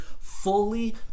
fully